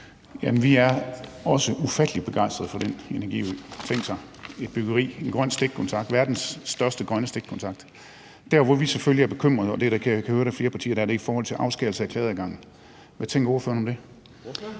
Vi er også ufattelig begejstrede for den energiø – tænk, en grøn stikkontakt, verdens største grønne stikkontakt. Der, hvor vi selvfølgelig er bekymrede – og det kan jeg høre at der er flere partier der er – er i forhold til afskæring af klageadgangen. Hvad tænker ordføreren om det?